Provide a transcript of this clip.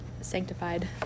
sanctified